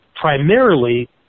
primarily